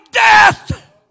Death